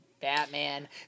Batman